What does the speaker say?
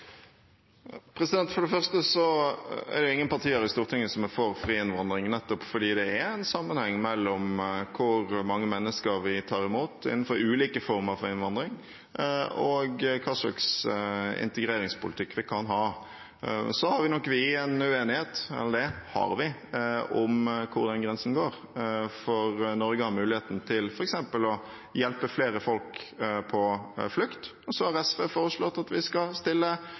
For det første er det ingen partier i Stortinget som er for fri innvandring, nettopp fordi det er en sammenheng mellom hvor mange mennesker vi tar imot innenfor ulike former for innvandring, og hva slags integreringspolitikk vi kan ha. Så har nok vi en uenighet – eller det har vi – om hvor den grensen går, for Norge har muligheten til f.eks. å hjelpe flere folk på flukt, og så har SV foreslått at vi skal stille